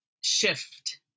shift